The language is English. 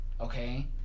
okay